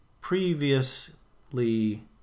previously